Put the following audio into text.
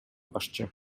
башчы